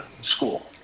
school